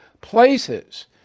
places